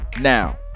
Now